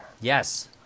Yes